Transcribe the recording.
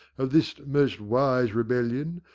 of this most wise rebellion,